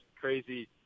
crazy